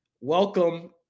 Welcome